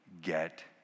get